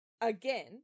again